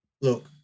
look